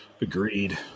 Agreed